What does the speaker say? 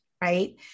right